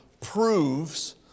proves